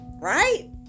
Right